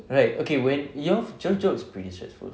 right okay when your jo~ job's pretty stressful